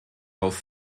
auf